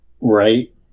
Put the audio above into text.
right